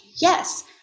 yes